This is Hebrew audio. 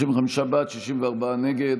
55 בעד, 64 נגד.